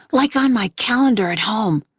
like, on my calendar at home,